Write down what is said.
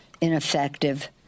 ineffective